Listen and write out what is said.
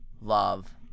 love